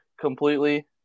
completely